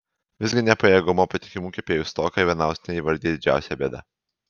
visgi ne pajėgumo o patikimų kepėjų stoką ivanauskienė įvardija didžiausia bėda